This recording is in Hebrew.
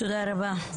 תודה רבה.